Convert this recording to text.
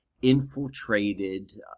infiltrated